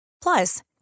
Plus